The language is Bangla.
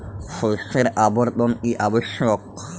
শস্যের আবর্তন কী আবশ্যক?